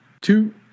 two